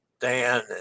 Dan